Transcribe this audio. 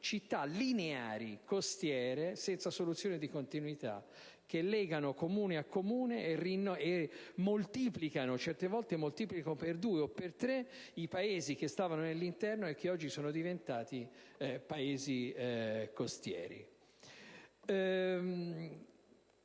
città lineari, costiere senza soluzione di continuità che legano comune a comune e moltiplicano, certe volte per due o per tre, i paesi che stavano nell'interno e che oggi sono diventati paesi costieri.